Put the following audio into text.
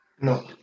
No